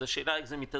אז השאלה איך זה מתאזן.